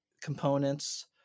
components